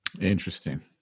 Interesting